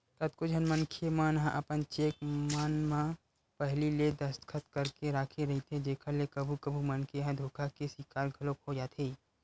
कतको झन मनखे मन ह अपन चेक मन म पहिली ले दस्खत करके राखे रहिथे जेखर ले कभू कभू मनखे ह धोखा के सिकार घलोक हो जाथे